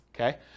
okay